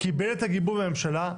קיבל את הגיבוי מהממשלה.